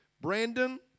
Brandon